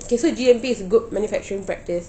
okay so G_M_P is good manufacturing practice